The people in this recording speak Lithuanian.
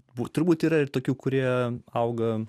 būtų turbūt yra ir tokių kurie auga